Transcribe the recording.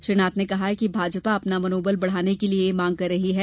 श्री नाथ ने कहा कि भाजपा अपना मनोबल बढ़ाने के लिये यह मांग कर रही है